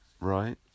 right